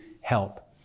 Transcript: help